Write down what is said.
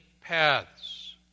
paths